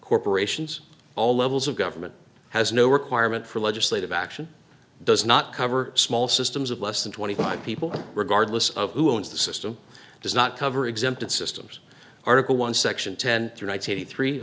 corporations all levels of government has no requirement for legislative action does not cover small systems of less than twenty five people regardless of who owns the system does not cover exempt systems article one section ten through ninet